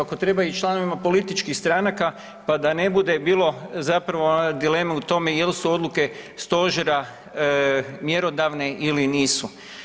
Ako treba i članovima političkih stranaka pa da ne bude bilo zapravo dileme o tome jel su odluke stožera mjerodavne ili nisu.